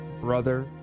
brother